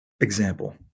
example